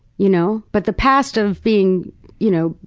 you know. but the past of being you know,